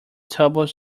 tumbles